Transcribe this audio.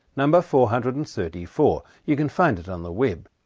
number four hundred and thirty four, you can find it on the web.